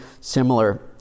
similar